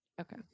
Okay